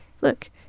look